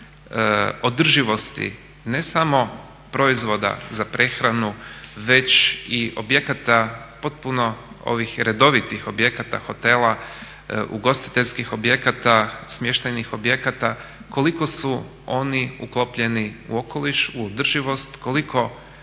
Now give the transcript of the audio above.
održivosti ne samo proizvoda za prehranu već i objekata potpuno ovih redovitih objekata, hotela, ugostiteljskih objekata, smještajnih objekata, koliko su oni uklopljeni u okoliš, u održivost, koliko